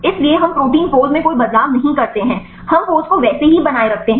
इसलिए हम protein pose में कोई बदलाव नहीं करते हैं हम पोज़ को वैसे ही बनाए रखते हैं